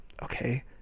Okay